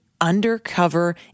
undercover